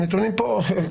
הנתונים פה.